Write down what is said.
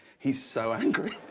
he's so angry.